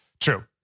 True